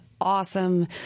awesome